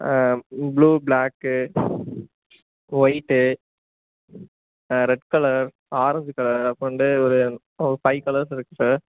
blue black white red colour orange colour அப்புறம் வந்து ஒரு ஒரு ஃபைவ் கலர்ஸ் இருக்குது சார்